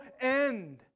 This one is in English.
end